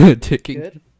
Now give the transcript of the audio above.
Ticking